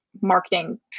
marketing